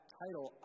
title